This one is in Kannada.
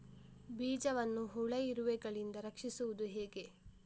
ಬೀಜವನ್ನು ಹುಳ, ಇರುವೆಗಳಿಂದ ರಕ್ಷಿಸುವುದು ಹೇಗೆ?